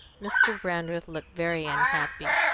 mr. brandreth looked very unhappy.